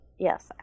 Yes